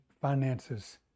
finances